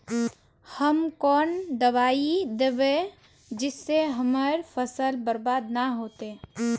हम कौन दबाइ दैबे जिससे हमर फसल बर्बाद न होते?